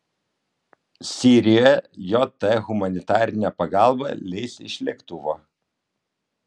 sirijoje jt humanitarinę pagalbą leis iš lėktuvo